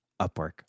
Upwork